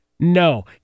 No